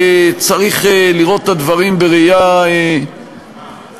צריך לראות את הדברים בראייה מפוכחת,